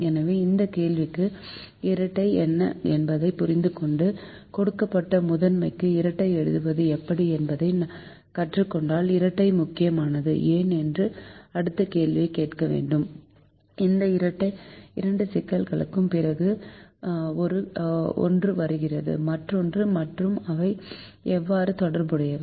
எனவே அடுத்த கேள்விக்கு இரட்டை என்ன என்பதைப் புரிந்துகொண்டு கொடுக்கப்பட்ட முதன்மைக்கு இரட்டை எழுதுவது எப்படி என்பதைக் கற்றுக் கொண்டதால் இரட்டை முக்கியமானது ஏன் என்று அடுத்த கேள்வியைக் கேட்க வேண்டும் இந்த இரண்டு சிக்கல்களுக்கும் பிறகு ஒன்று வருகிறது மற்றொன்று மற்றும் அவை எவ்வாறு தொடர்புடையவை